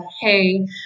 hey